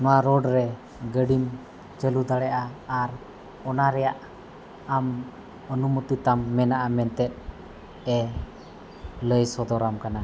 ᱱᱚᱣᱟ ᱨᱮ ᱜᱟᱹᱰᱤᱢ ᱪᱟᱹᱞᱩ ᱫᱟᱲᱮᱭᱟᱜᱼᱟ ᱟᱨ ᱚᱱᱟ ᱨᱮᱭᱟᱜ ᱟᱢ ᱚᱱᱩᱢᱚᱛᱤ ᱛᱟᱢ ᱢᱮᱱᱟᱜᱼᱟ ᱢᱮᱱᱛᱮᱫ ᱮ ᱞᱟᱹᱭ ᱥᱚᱫᱚᱨᱟᱢ ᱠᱟᱱᱟ